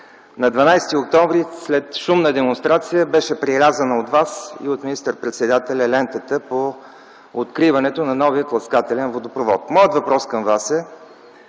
На 12 октомври т.г. след шумна демонстрация беше прерязана от Вас и от министър-председателя лентата при откриването на новия тласкателен водопровод. Моят въпрос към Вас е: